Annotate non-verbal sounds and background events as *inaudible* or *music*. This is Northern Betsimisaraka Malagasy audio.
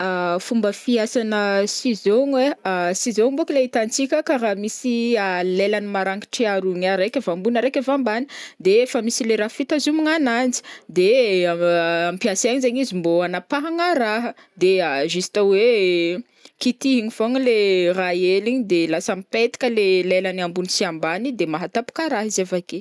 *hesitation* Fomba fiasana ciseau-gno ai *hesitation* ciseau mbôko le itantsika karaha misy *hesitation* lelany marangitry aroa igny araiky avy ambony araiky avy ambany de efa misy le raha fitazomagna ananjy de *hesitation* ampiasainy zegny izy mbô anapahagna raha de *hesitation* juste hoe kitihiny fogna le raha hely igny de lasa mipetaka le lelany ambony sy ambany de mahatapaka raha izy avake.